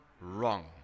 wrong